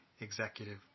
Executive